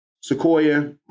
Sequoia